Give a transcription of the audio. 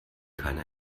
keine